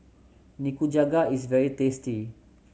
nikujaga is very tasty